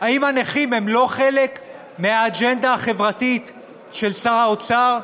האם הנכים הם לא חלק מהאג'נדה החברתית של שר האוצר?